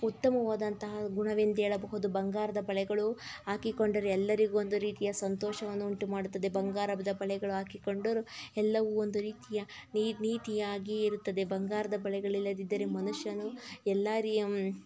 ಉತ್ತಮವಾದಂತಹ ಗುಣವೆಂದೇಳಬಹುದು ಬಂಗಾರದ ಬಳೆಗಳು ಹಾಕಿಕೊಂಡರೆ ಎಲ್ಲರಿಗೂ ಒಂದು ರೀತಿಯ ಸಂತೋಷವನ್ನುಂಟು ಮಾಡುತ್ತದೆ ಬಂಗಾರದ ಬಳೆಗಳು ಹಾಕಿಕೊಂಡರು ಎಲ್ಲವೂ ಒಂದು ರೀತಿಯ ನೀತಿಯಾಗಿ ಇರುತ್ತದೆ ಬಂಗಾರದ ಬಳೆಗಳಿಲ್ಲದಿದ್ದರೆ ಮನುಷ್ಯನು ಎಲ್ಲಾ ರೀ